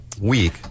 week